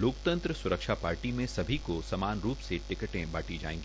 लोकतंत्र सुरक्षा पार्टी में सभी को समान रूप से टिकटें बांटी जायेंगी